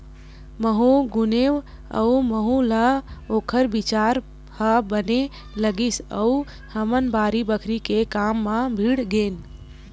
महूँ गुनेव अउ महूँ ल ओखर बिचार ह बने लगिस अउ हमन बाड़ी बखरी के काम म भीड़ गेन